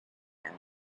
added